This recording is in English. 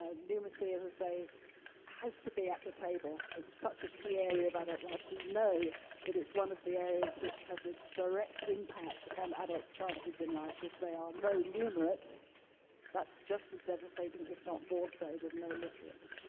ah numeracy as i say has to be at the table. it's such a key area about the life we know but it's one of the areas which has a direct impact on adult's chances in life if they are low numerate that's just as devastating if not more or so than low literate.